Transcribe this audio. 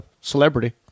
celebrity